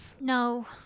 no